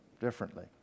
differently